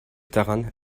daran